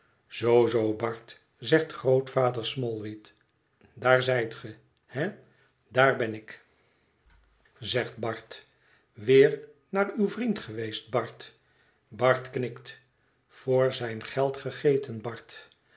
zoo zoo bart zegt grootvader smallweed daar zijt ge he daar ben ik zegt bart weer naar uw vriend geweest bart bart knikt voor zijn geld gegeten bart